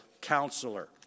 counselor